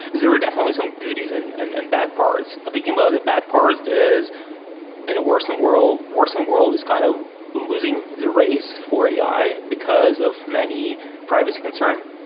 there were definitely some goodies and and and bad parts. thinking about the bad part is in a worsen world worsen world is kind of losing the race for ai because of many privacy concern.